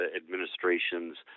administration's